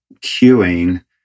cueing